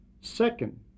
Second